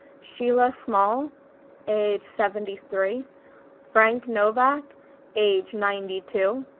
sheila small age seventy three frank novak age ninety two,